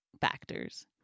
factors